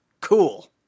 Cool